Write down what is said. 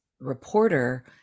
reporter